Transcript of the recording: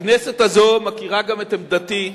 הכנסת הזאת מכירה גם את עמדתי,